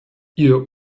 ihr